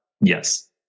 Yes